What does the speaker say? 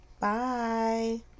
Bye